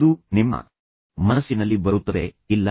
ಅದು ನಿಮ್ಮ ಮನಸ್ಸಿನಲ್ಲಿ ಬರುತ್ತದೆ ಇಲ್ಲ ಇಲ್ಲ